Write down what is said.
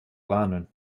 warnen